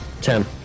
Ten